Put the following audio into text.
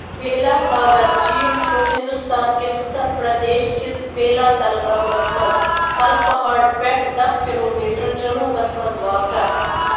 بیلاساگر جیٖل چھُ ہندُستان کِس اُتر پرٛدیش کِس بیلاتَل گامَس منٛز کَل پہاڑ پٮ۪ٹھ دَہ کِلوٗ میٖٹَر جنوٗبَس منٛز واقعہ